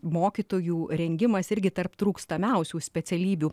mokytojų rengimas irgi tarp trūkstamiausių specialybių